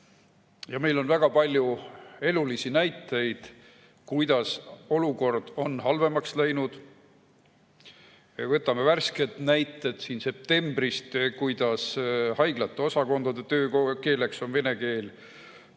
Meil on väga palju elulisi näiteid, kuidas olukord on halvemaks läinud. Võtame värsked näited septembrist, kuidas haiglate osakondade töökeeleks on vene keel.